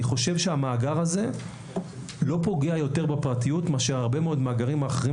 אני חושב שהמאגר הזה לא פוגע יותר בפרטיות מאשר הרבה מאוד מאגרים אחרים